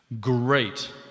Great